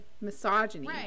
misogyny